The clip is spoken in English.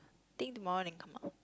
think tomorrow then come out